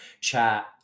chat